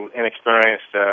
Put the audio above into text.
inexperienced